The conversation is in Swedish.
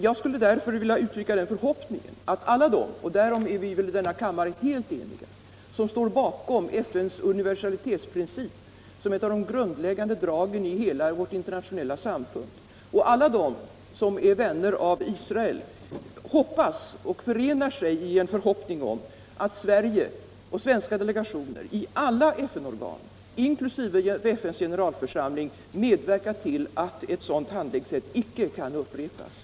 Jag skulle vilja uttrycka det så att alla de — och därom är vi väl i denna kammare helt eniga —- som står bakom FN:s universalitetsprincip som ett av de grundläggande dragen i hela vårt internationella samfund och alla de som är vänner av Israel förenar sig i en förhoppning om att Sverige och svenska delegationer i alla FN-organ, inkl. FN:s generalförsamling, medverkar till att ett sådant handlingssätt icke kan upprepas.